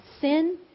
sin